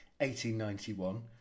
1891